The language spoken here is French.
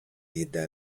aida